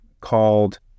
called